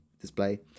display